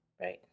right